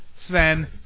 Sven